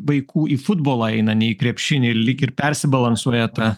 vaikų į futbolą eina ne į krepšinį lyg ir persibalansuoja ta